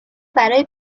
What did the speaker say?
برای